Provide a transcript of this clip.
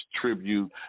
tribute